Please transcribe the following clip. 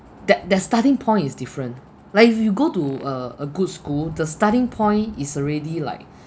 that their starting point is different like if you go to a a good school the starting point is already like